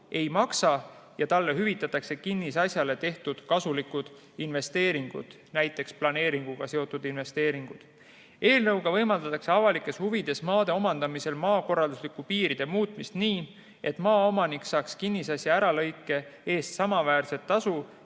ei maksa ja hüvitatakse vaid kinnisasjale tehtud kasulikud investeeringud, näiteks planeeringuga seotud investeeringud. Eelnõuga võimaldatakse avalikes huvides maade omandamisel maakorralduslike piiride muutmist, nii et maaomanik saaks kinnisasja äralõike eest samaväärset tasu